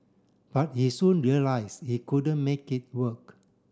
but he soon realise he couldn't make it work